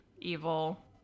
evil